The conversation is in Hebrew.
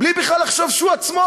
בלי בכלל לחשוב שהוא עצמו,